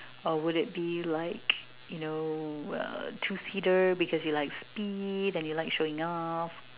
or would it be like you know a two seater because you like speed and you like showing off